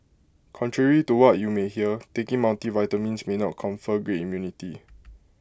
contrary to what you may hear taking multivitamins may not confer greater immunity